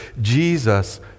Jesus